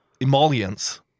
emollients